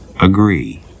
agree